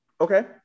Okay